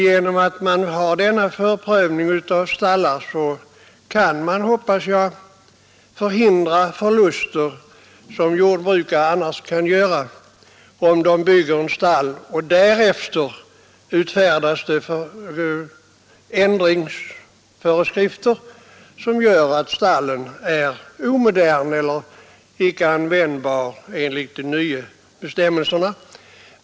Genom att denna förprövning av stallar finns hoppas jag att man kan förhindra förluster som jordbrukare annars kan komma att göra om de bygger ett stall varefter det kommer ändringsföreskrifter som gör att stallet är omodernt och icke användbart enligt de nya bestämmelserna.